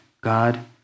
God